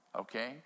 okay